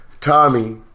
Tommy